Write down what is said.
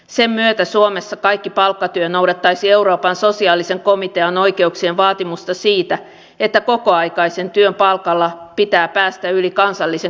sen myötä suomessa kaikki palkkatyö noudattaisi euroopan sosiaalisten oikeuksien komitean vaatimusta siitä että kokoaikaisen työn palkalla pitää päästä yli kansallisen köyhyysrajan